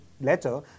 letter